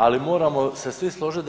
Ali moramo se svi složiti